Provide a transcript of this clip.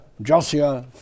Josiah